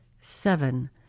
seven